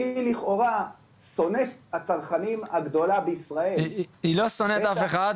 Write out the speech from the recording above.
שהיא לכאורה שונאת הצרכנים הגדולה בישראל --- היא לא שונאת אף אחד,